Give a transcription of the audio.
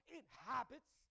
inhabits